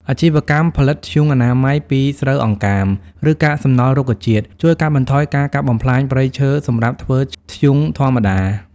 អាជីវកម្មផលិតធ្យូងអនាម័យពីស្រូវអង្កាម ឬកាកសំណល់រុក្ខជាតិ ជួយកាត់បន្ថយការកាប់បំផ្លាញព្រៃឈើសម្រាប់ធ្វើធ្យូងធម្មតា។